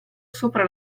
sopra